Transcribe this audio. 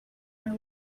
our